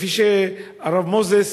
כפי שהרב מוזס